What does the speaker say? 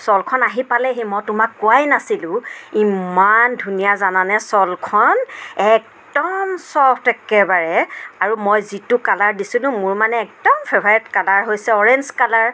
শ্বলখন আহি পালেহি মই তোমাক কোৱাই নাছিলোঁ ইমান ধুনীয়া জানানে শ্বলখন একদম চফ্ট একেবাৰে আৰু মই যিটো কালাৰ দিছিলোঁ মোৰ মানে একদম ফেভাৰেট কালাৰ হৈছে অৰেঞ্চ কালাৰ